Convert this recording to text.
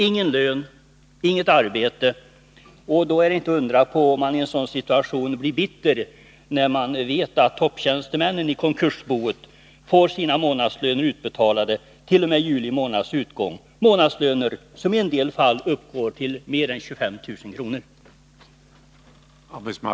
Ingen lön och inget arbete — det är inte att undra på att man i en sådan situation blir bitter, när man vet att topptjänstemännen i konkursboet får sina månadslöner utbetalda t.o.m. juli månads utgång. Det är månadslöner som i en del fall uppgår till mer än 25 000 kr.